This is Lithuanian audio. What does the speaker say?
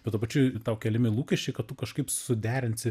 bet tuo pačiu tau keliami lūkesčiai kad tu kažkaip suderinti